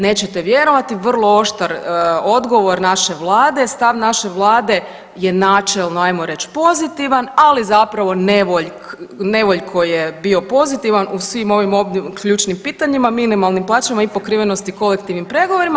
Nećete vjerovati vrlo oštar odgovor naše vlade, stav naše vlade je načelo ajmo reć pozitivan, ali zapravo nevoljko je bio pozitivan u svim ovim ovdje ključnim pitanjima, minimalnim plaćama i pokrivenosti kolektivnim pregovorima.